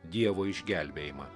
dievo išgelbėjimą